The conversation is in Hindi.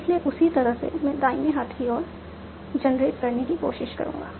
इसलिए उसी तरह से मैं दाहिने हाथ की ओर जनरेट करने की कोशिश करूंगा